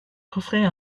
coffret